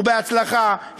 ובהצלחה,